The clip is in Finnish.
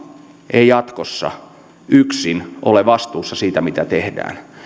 ei jatkossa yksin ole vastuussa siitä mitä tehdään